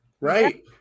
Right